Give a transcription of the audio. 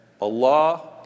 Allah